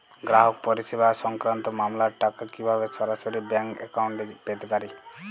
গ্রাহক পরিষেবা সংক্রান্ত মামলার টাকা কীভাবে সরাসরি ব্যাংক অ্যাকাউন্টে পেতে পারি?